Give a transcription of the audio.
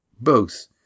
Both